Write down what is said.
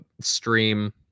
stream